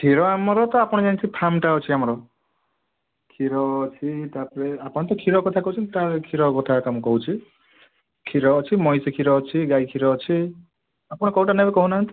କ୍ଷୀର ଆମର ତ ଆପଣ ଜାଣିଥିବେ ଫାର୍ମଟା ଅଛି ଆମର କ୍ଷୀର ଅଛି ତାପରେ ଆପଣତ କ୍ଷୀର କଥା କହୁଛନ୍ତି ତାହେଲେ କ୍ଷୀର କଥା ମୁଁ କହୁଛି କ୍ଷୀର ଅଛି ମଇଁଷି କ୍ଷୀର ଅଛି ଗାଈ କ୍ଷୀର ଅଛି ଆପଣ କୋଉଟା ନେବେ କହୁନାହାନ୍ତି